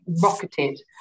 rocketed